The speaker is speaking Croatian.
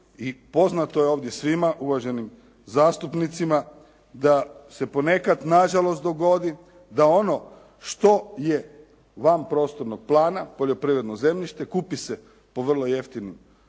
poznato je ovdje svima uvaženim zastupnicima da se ponekad nažalost dogodi da ono što je van prostornog plana, poljoprivredno zemljište kupi se za vrlo jeftine novce, a